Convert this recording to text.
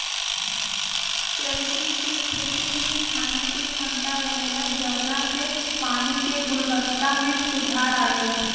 shellfish के खेती में छाने के क्षमता रहेला जवना से पानी के गुणवक्ता में सुधार अवेला